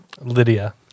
Lydia